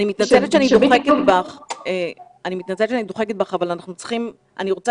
אני מתנצלת שאני דוחקת בך אבל אני רוצה